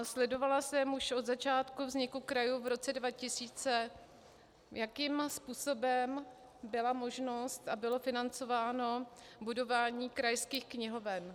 Sledovala jsem již od začátku vzniku krajů v roce 2000, jakým způsobem byla možnost a bylo financováno budování krajských knihoven.